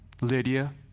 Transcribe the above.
Lydia